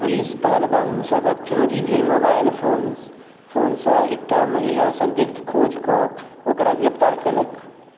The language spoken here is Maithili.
पुलिस पहलवानसबके चोरी भेल मोबाइल फोन फोनसँ एकटा महिला सन्दिग्ध खोजिकऽ ओकरा गिरफ्तार केलक